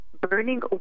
burning